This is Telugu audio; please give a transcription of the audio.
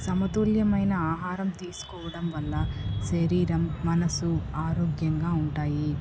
సమతుల్యమైన ఆహారం తీసుకోవడం వల్ల శరీరం మనసు ఆరోగ్యంగా ఉంటాయి